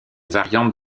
variante